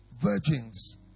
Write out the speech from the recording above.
virgins